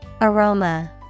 Aroma